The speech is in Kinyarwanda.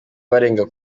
barenga